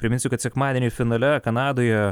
priminsiu kad sekmadienį finale kanadoje